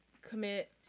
commit